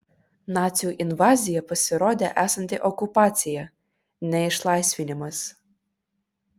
nacių invazija pasirodė esanti okupacija ne išlaisvinimas